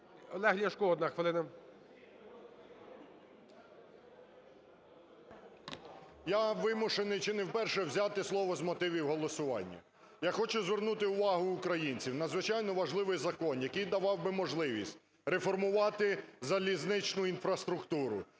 ЛЯШКО О.В. Я вимушений чи не вперше взяти слово з мотивів голосування. Я хочу звернути увагу українців, надзвичайно важливий закон, який давав би можливість реформувати залізничну інфраструктуру,